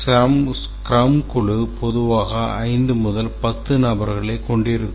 scrum குழு பொதுவாக ஐந்து முதல் பத்து நபர்களைக் கொண்டிருக்கும்